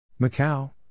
Macau